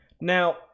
now